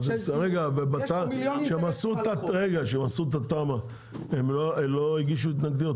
רגע, וכשהם עשו את התמ"א הם לא הגישו התנגדויות?